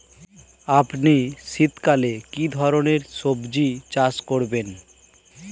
আপনি শীতকালে কী ধরনের সবজী চাষ করেন?